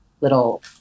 little